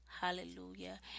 Hallelujah